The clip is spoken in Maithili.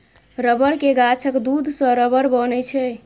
रबड़ के गाछक दूध सं रबड़ बनै छै